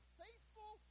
faithful